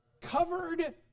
covered